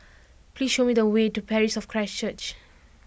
please show me the way to Parish of Christ Church